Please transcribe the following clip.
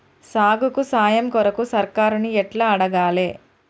సాగుకు సాయం కొరకు సర్కారుని ఎట్ల అడగాలే?